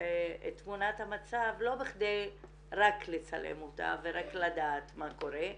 תמונת המצב לא רק בכדי לצלם אותה ורק לדעת מה קורה,